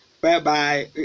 whereby